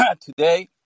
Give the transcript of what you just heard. Today